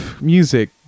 music